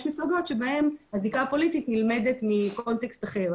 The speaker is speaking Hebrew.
מפלגות שבהן הזיקה הפוליטית נלמדת מקונטקסט אחר.